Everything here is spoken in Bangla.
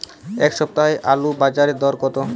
এ সপ্তাহে আলুর বাজারে দর কত?